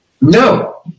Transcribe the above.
No